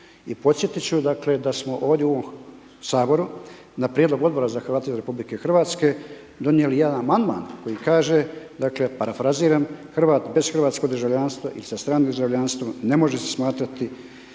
I podsjetiti ću dakle da smo ovdje u ovom Saboru na prijedlog Odbora za Hrvate iz RH donijeli jedan amandman koji kaže dakle parafraziram, Hrvat bez hrvatskog državljanstva i sa stranim državljanstvom ne može se smatrati